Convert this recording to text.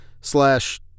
slash